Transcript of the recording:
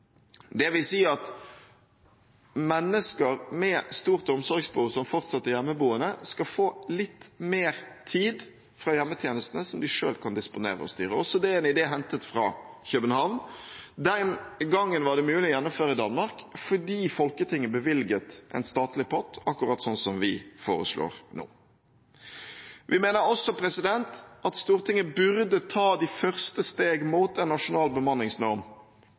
si at mennesker med stort omsorgsbehov som fortsatt er hjemmeboende, skal få litt mer tid fra hjemmetjenestene som de selv kan disponere og styre – også det en idé hentet fra København. Det var det mulig å gjennomføre i Danmark fordi Folketinget bevilget en statlig pott, akkurat som vi foreslår nå. Vi mener også at Stortinget burde ta de første steg mot en nasjonal bemanningsnorm